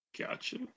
Gotcha